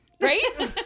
Right